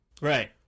Right